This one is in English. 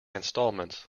instalments